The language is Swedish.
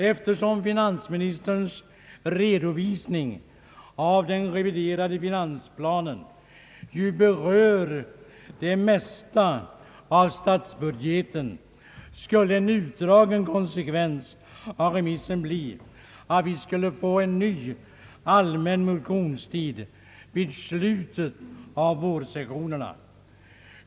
Eftersom finansministerns redovisning av den reviderade finansplanen ju berör det mesta av statsbudgeten, skulle en konsekvens av remissen bli att vi får en ny allmän motionstid i slutet av vårsessionen.